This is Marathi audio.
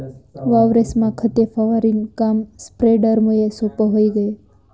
वावरेस्मा खते फवारणीनं काम स्प्रेडरमुये सोप्पं व्हयी गय